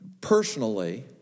personally